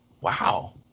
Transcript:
wow